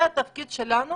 התפקיד שלנו